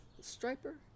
striper